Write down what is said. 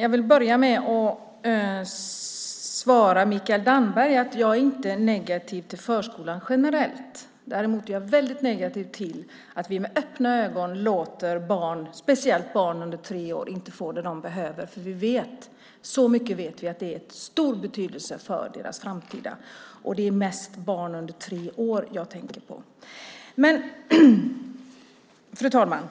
Jag vill börja med att svara Mikael Damberg: Jag är inte negativ till förskolan generellt. Däremot är jag väldigt negativ till att vi med öppna ögon låter barn, speciellt barn under tre år, inte få det de behöver. Så mycket vet vi att detta har stor betydelse för deras framtid. Det är mest barn under tre år jag tänker på. Fru talman!